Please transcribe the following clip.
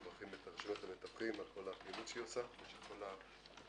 מברכים את רשויות המתווכים על כל הפעילות שהיא עושה במשך כל השנה.